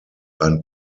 ein